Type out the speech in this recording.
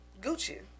Gucci